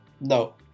No